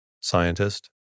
Scientist